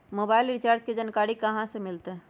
Mobile recharge के जानकारी कहा से मिलतै?